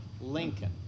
Lincoln